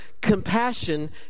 compassion